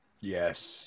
Yes